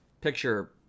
picture